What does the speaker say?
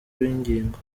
bw’ingingo